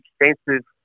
extensive